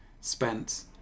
spent